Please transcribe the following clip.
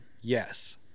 Yes